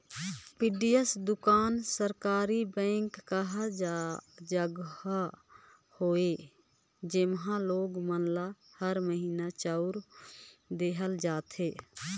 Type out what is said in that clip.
PDS दुकान सहकारी bank कहा जघा हवे जेम्हे लोग मन ल हर महिना चाँउर देहल जाथे